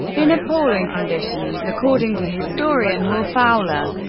in appalling conditions according to historian will fowler.